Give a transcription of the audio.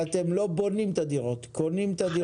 אתם לא בונים את הדירות אלא קונים.